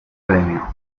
premio